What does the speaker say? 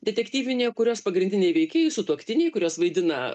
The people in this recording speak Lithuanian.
detektyvinė kurios pagrindiniai veikėjai sutuoktiniai kuriuos vaidina